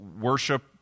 worship